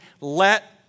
let